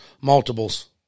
multiples